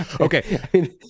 Okay